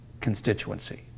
constituency